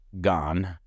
gone